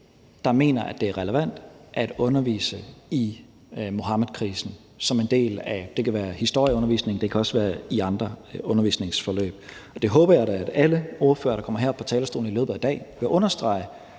der mener, at det er relevant at undervise i Muhammedkrisen som en del af, det kan være historieundervisningen, og det kan også være andre undervisningsforløb. Det håber jeg da at alle ordførere, der kommer herop på talerstolen i løbet af i dag, vil understrege,